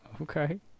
okay